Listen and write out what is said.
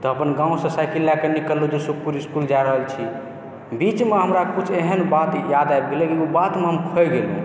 तऽ अपन गाँव सऽ साइकिल लए कऽ निकाललहुॅं जे सुखपुर इसकुल जाए रहल छी बीचमे हमरा किछु एहन बात याद आबि गेलै कि ओहि बात हम खोइ गेलियै